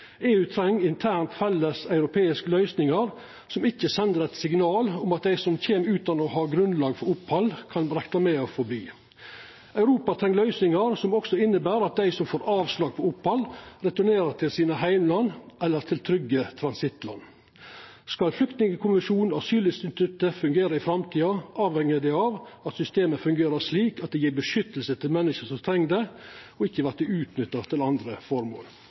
EU treng internt felleseuropeiske løysingar som ikkje sender eit signal om at dei som kjem utan å ha grunnlag for opphald, kan rekna med å få verta verande. Europa treng løysingar som også inneber at dei som får avslag på opphald, returnerer til heimlanda sine eller til trygge transittland. Skal flyktningkonvensjonen og asylinstituttet fungera i framtida, avheng det av at systemet fungerer slik at det gjev vern til menneske som treng det, og ikkje vert utnytta til andre